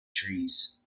trees